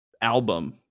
album